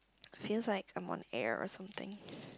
feels like someone air or something